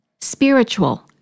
Spiritual